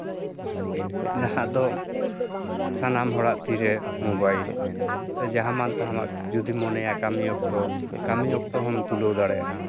ᱱᱟᱦᱟᱜ ᱫᱚ ᱥᱟᱱᱟᱢ ᱦᱚᱲᱟᱜ ᱛᱤᱨᱮ ᱢᱳᱵᱟᱭᱤᱞ ᱛᱮ ᱡᱟᱦᱟᱸ ᱢᱟᱱᱛᱟᱦᱟᱸ ᱡᱩᱫᱤᱢ ᱢᱚᱱᱮᱭᱟ ᱠᱟᱹᱢᱤ ᱚᱠᱛᱚ ᱠᱟᱹᱢᱤ ᱚᱠᱛᱚ ᱦᱚᱢ ᱛᱩᱞᱟᱹᱣ ᱫᱟᱲᱮᱭᱟᱜᱼᱟ